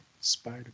spider